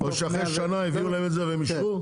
או שאחרי שנה הביאו להם את זה והם אישרו?